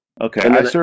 Okay